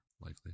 likely